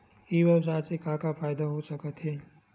ई व्यवसाय से का का फ़ायदा हो सकत हे?